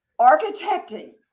architecting